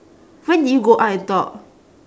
when did you go out and talk